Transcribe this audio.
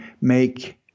make